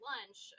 Lunch